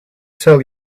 tell